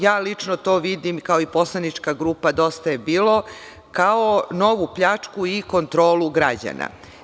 Ja lično to vidim, kao i Poslanička grupa „Dosta je bilo“, kao novu pljačku i kontrolu građana.